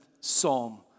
Psalm